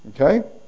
Okay